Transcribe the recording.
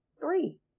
three